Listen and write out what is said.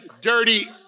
dirty